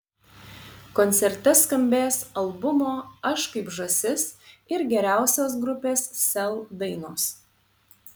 koncerte skambės albumo aš kaip žąsis ir geriausios grupės sel dainos